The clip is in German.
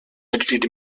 mitglied